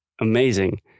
amazing